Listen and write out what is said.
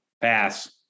Pass